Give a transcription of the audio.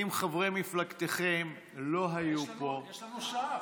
אם חברי מפלגתכם לא היו פה, יש לנו שעה.